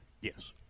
Yes